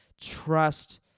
Trust